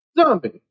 zombie